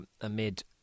amid